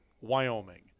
wyoming